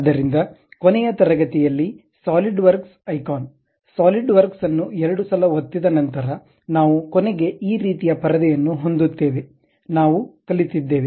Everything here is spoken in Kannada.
ಆದ್ದರಿಂದ ಕೊನೆಯ ತರಗತಿಯಲ್ಲಿ ಸಾಲಿಡ್ವರ್ಕ್ಸ್ ಐಕಾನ್ ಸಾಲಿಡ್ವರ್ಕ್ಸ್ ಅನ್ನು ಎರಡು ಸಲ ಒತ್ತಿದ ನಂತರ ನಾವು ಕೊನೆಗೆ ಈ ರೀತಿಯ ಪರದೆಯನ್ನು ಹೊಂದುತ್ತೇವೆ ನಾವು ಕಲಿತಿದ್ದೇವೆ